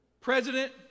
president